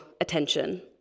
attention